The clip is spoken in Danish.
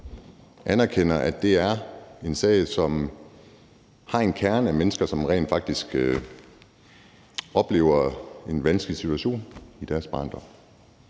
vi anerkender, at det er en sag, som har en kerne af mennesker, som rent faktisk oplever en vanskelig situation i deres barndom.